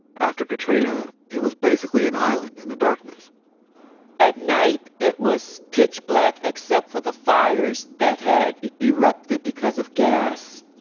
after katrina, it was basically an island in the darkness at night it was pitch black except for the fires that had erupted because of gas.